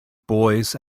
boys